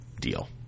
deal